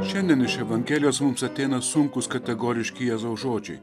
šiandien iš evangelijos mums ateina sunkūs kategoriški jėzaus žodžiai